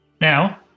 Now